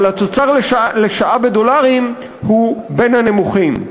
אבל התוצר לשעה בדולרים הוא בין הנמוכים.